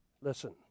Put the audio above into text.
Listen